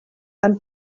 and